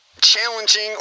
challenging